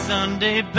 Sunday